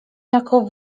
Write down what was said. jako